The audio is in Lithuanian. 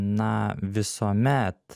na visuomet